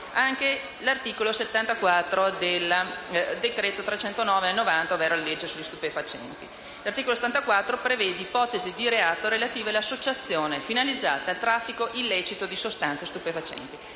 della Repubblica n. 309 del 1990 (ovvero la legge sugli stupefacenti). L'articolo 74 prevede ipotesi di reato relative all'associazione finalizzata al traffico illecito di sostanze stupefacenti.